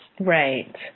Right